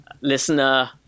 Listener